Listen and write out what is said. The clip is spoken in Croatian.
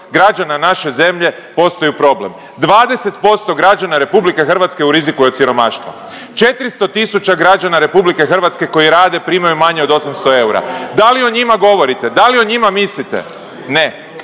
građana naše zemlje postaju problem, 20% građana RH je u riziku od siromaštva, 400 tisuća građana RH koji rade primaju manje od 800 eura, da li o njima govorite, da li o njima mislite? Ne,